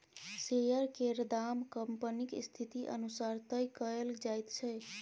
share केर दाम कंपनीक स्थिति अनुसार तय कएल जाइत छै